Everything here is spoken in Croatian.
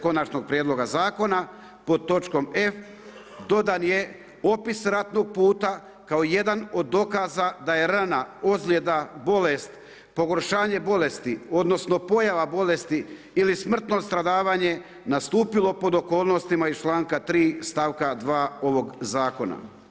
Konačnog prijedloga zakona, pod točkom F, dodan je opis ratnog puta kao jedan od dokaza da je rana, ozljeda, bolest, pogoršanje bolesti, odnosno pojava bolesti ili smrtno stradavanje nastupilo pod okolnostima iz članka 3. stavka 2. ovog Zakona.